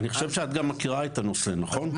אני חושב שאת גם מכירה את הנושא, נכון?